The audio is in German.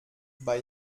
bei